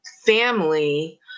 family